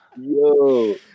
Yo